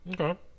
Okay